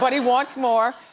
but he wants more.